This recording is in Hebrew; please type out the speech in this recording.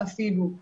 אפילו את הנוף,